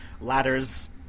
ladders